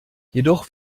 jedoch